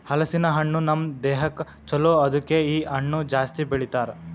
ಹಲಸಿನ ಹಣ್ಣು ನಮ್ ದೇಹಕ್ ಛಲೋ ಅದುಕೆ ಇ ಹಣ್ಣು ಜಾಸ್ತಿ ಬೆಳಿತಾರ್